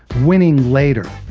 winning later.